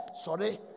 sorry